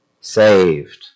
saved